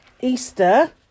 Easter